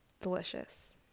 delicious